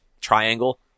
triangle